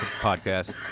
podcast